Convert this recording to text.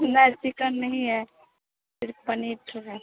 नहीं चिकन नहीं है सिर्फ पनीर ठो है